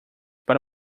para